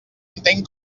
entenc